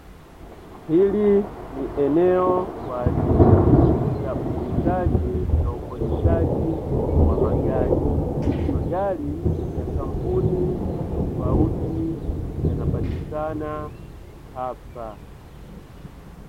Hili ni eneo kwa ajili ya uuzaji na ukodishaji wa magari, Magari ya Kampuni tofauti yanapatikana hapa.